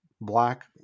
black